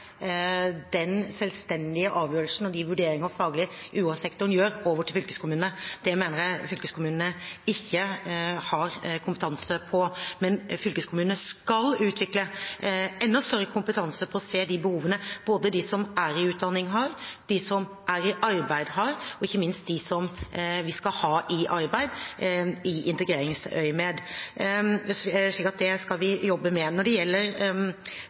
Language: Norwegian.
den selvstendige avgjørelsen og de faglige vurderingene UH-sektoren gjør, over til fylkeskommunene. Det mener jeg fylkeskommunene ikke har kompetanse på. Men fylkeskommunene skal utvikle enda større kompetanse på å se de behovene både de som er i utdanning, har, de som er i arbeid, har, og ikke minst de som vi skal ha i arbeid, i integreringsøyemed, har – så det skal vi jobbe med. Når det gjelder